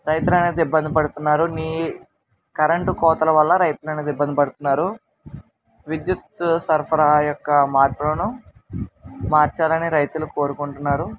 రైతులనేది ఇబ్బంది పడుతున్నారు ని కరెంటు కోతల వల్ల రైతుల అనేది ఇబ్బంది పడుతున్నారు విద్యుత్ సరఫరా యొక్క మార్పులను మార్చాలని రైతులు కోరుకుంటున్నారు